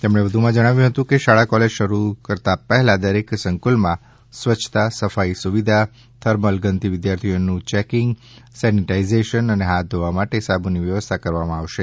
તેમણે વધુમાં જણાવ્યુ છે કે શાળા કોલેજ શરૂ કરતા પહેલા દરેક સંકુલમાં સ્વચ્છતા સફાઇ સુવિધા થર્મલગનથી વિદ્યાર્થીઓનુ ચેકીંગ સેનીઝાઇટર અને હાથ ધોવા માટે સાબુની વ્યવસ્થા કરવામા આવશે